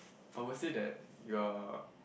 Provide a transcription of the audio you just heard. I will say that you are